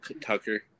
Tucker